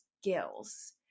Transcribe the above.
skills